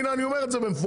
הנה אני אומר את זה במפורש,